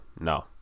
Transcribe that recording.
No